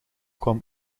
kwam